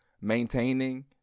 maintaining